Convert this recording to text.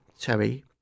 Terry